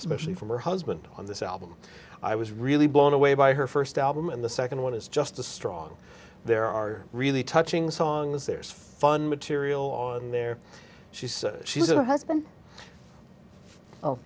especially from her husband on this album i was really blown away by her first album and the second one is just the strong there are really touching songs there's fun material on there she's she's a husband